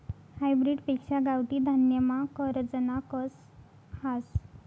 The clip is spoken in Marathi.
हायब्रीड पेक्शा गावठी धान्यमा खरजना कस हास